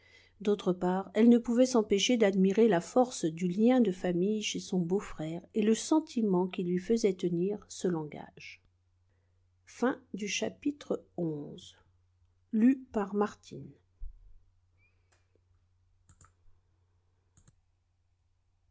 d'autre part elle ne pouvait s'empêcher d'admirer la force du lien de famille chez son beau-frère et le sentiment qui lui faisait tenir ce langage